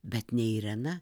bet ne irena